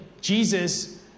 Jesus